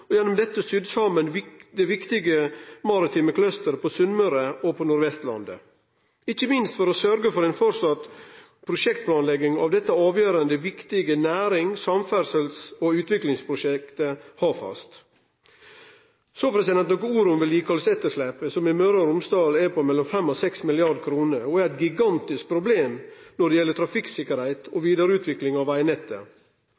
og gjennom dette syr saman det viktige maritime «clusteret» på Sunnmøre og på Nordvestlandet – ikkje minst for å sørgje for framleis prosjektplanlegging av det avgjerande, viktige nærings-, samferdsels- og utviklingsprosjektet Hafast. Så nokre ord om vedlikehaldsetterslepet, som i Møre og Romsdal er på mellom 5 og 6 mrd. kr, og er eit gigantisk problem når det gjeld trafikksikkerheit og